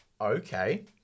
Okay